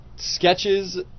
Sketches